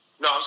No